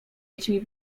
będzie